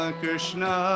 Krishna